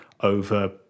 over